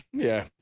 yeah.